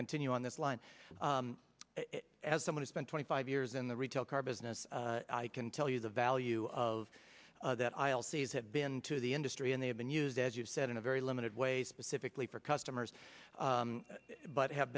continue on this line as someone who spent twenty five years in the retail car business i can tell you the value of that i'll say is have been to the industry and they have been used as you said in a very limited way specifically for customers but have